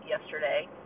yesterday